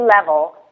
level